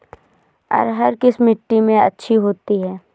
अरहर किस मिट्टी में अच्छी होती है?